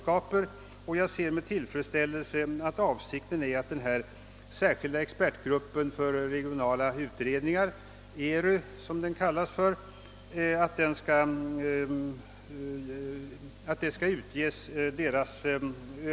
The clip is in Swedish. Jag ser därför med tillfredsställelse att man avser att offentliggöra övervägandena inom den särskilda expertgruppen för regionala utredningar — ERU, som den kallas. Tydligen skall det ske i år.